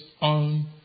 on